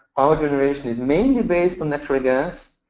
power generation is mainly based on natural gas.